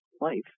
life